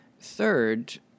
Third